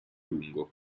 lungo